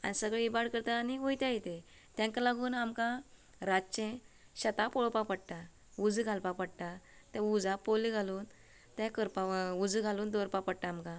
आनी सगले इबाड करताय आनी वोटताय ते तेका लागून आमकां रातचे शेतां पोळोवपा पडटाय उज्जो घालपा पडटा ते उजा पोली घालून ते करपा उज्जो घालून दोवोरपा पडटा आमकां